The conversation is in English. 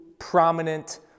prominent